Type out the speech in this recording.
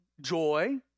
joy